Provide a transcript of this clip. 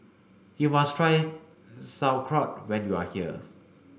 you must try Sauerkraut when you are here